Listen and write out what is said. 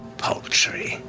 paltry.